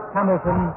Hamilton